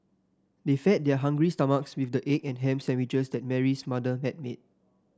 they fed their hungry stomachs with the egg and ham sandwiches that Mary's mother had made